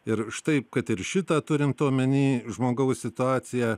ir štai kad ir šitą turint omeny žmogaus situaciją